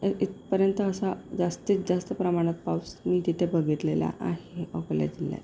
तर इथपर्यंत असा जास्तीत जास्त प्रमाणात पाऊस मी तिथे बघितलेला आहे अकोला जिल्ह्यात